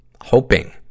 hoping